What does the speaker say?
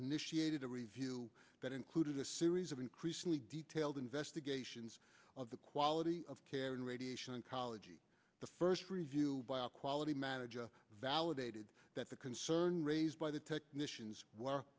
initiated a review that included a series of increasingly detailed investigations of the quality of care in radiation oncology the first review by a quality manager validated that the concern raised by the technicians w